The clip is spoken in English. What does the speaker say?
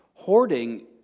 Hoarding